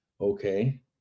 Okay